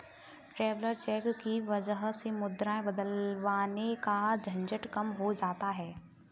traveller cheque की वजह से मुद्राएं बदलवाने का झंझट कम हो जाता है